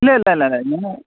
ഇല്ല ഇല്ല ഇല്ല